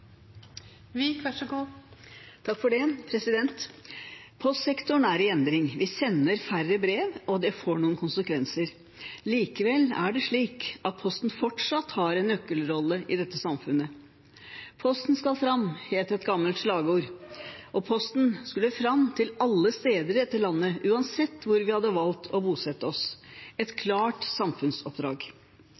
er i endring. Vi sender færre brev, og det får noen konsekvenser. Likevel er det slik at Posten fortsatt har en nøkkelrolle i dette samfunnet. «Posten skal fram», het et gammelt slagord, og posten skulle fram til alle steder i dette landet, uansett hvor vi hadde valgt å bosette oss – et klart samfunnsoppdrag.